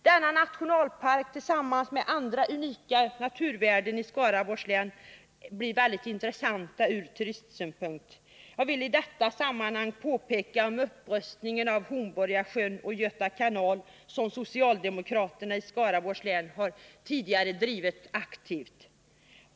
Denna nationalpark blir tillsammans med andra unika naturvärden i Skaraborgs län intressant från turistsynpunkt. Jag vill i detta sammanhang peka på upprustningen av Hornborgasjön och Göta kanal, som socialdemokraterna i Skaraborg tidigare drivit aktivt.